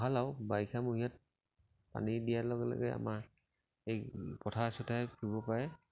ভাল আৰু বাৰিষামহীয়াত পানী দিয়াৰ লগে লগে আমাৰ এই পথাৰে চথাৰে ফুৰিব পাৰে